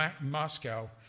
Moscow